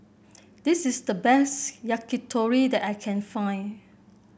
this is the best Yakitori that I can find